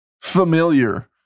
familiar